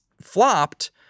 flopped